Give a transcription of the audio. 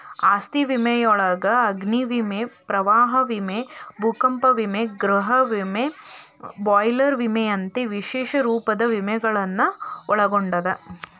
ಆಸ್ತಿ ವಿಮೆಯೊಳಗ ಅಗ್ನಿ ವಿಮೆ ಪ್ರವಾಹ ವಿಮೆ ಭೂಕಂಪ ವಿಮೆ ಗೃಹ ವಿಮೆ ಬಾಯ್ಲರ್ ವಿಮೆಯಂತ ವಿಶೇಷ ರೂಪದ ವಿಮೆಗಳನ್ನ ಒಳಗೊಂಡದ